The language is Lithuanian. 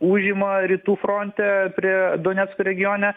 užima rytų fronte prie donecko regione